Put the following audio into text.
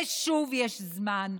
ושוב יש זמן.